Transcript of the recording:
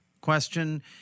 question